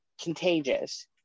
contagious